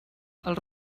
els